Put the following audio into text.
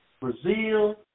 Brazil